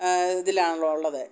ഇതിലാണല്ലോ ഉള്ളത്